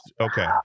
okay